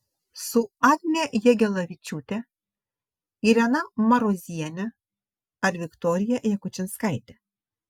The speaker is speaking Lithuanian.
su agne jagelavičiūte irena maroziene ar viktorija jakučinskaite